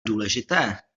důležité